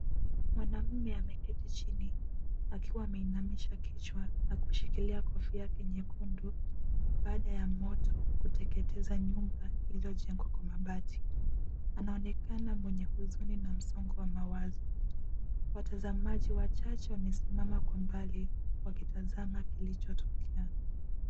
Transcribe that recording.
Mwanamme ameketi chini akiwa ameinamisha kichwa na kushikilia kofia yake nyekundu baada ya moto kuteketeza nyumba iliyojengwa kwa mabati. Anaonekana mwenye huzuni na msongo wa mawazo. Watazamaji wachache wamesimama kwa mbali wakitazama kilichotokea.